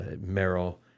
Merrill